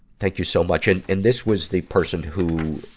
thank you so much. and, and this was the person who,